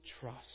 trust